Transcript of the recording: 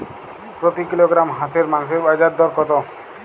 প্রতি কিলোগ্রাম হাঁসের মাংসের বাজার দর কত?